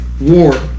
War